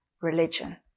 religion